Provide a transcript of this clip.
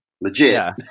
legit